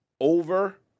over